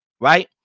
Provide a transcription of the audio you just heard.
Right